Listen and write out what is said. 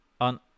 On